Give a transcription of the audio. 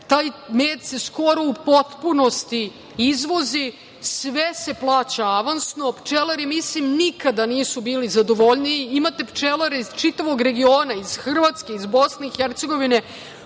Taj med se skoro u potpunosti izvozi. Sve se plaća avansno. Pčelari, mislim, nikad nikada nisu bili zadovoljniji. Imate pčelare iz čitavog regiona, iz Hrvatske, iz BiH, koji